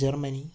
Germany